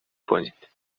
کنید